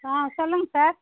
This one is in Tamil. ஆ சொல்லுங்க சார்